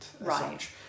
Right